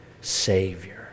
Savior